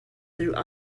through